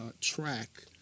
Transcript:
track